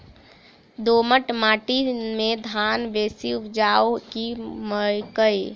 दोमट माटि मे धान बेसी उपजाउ की मकई?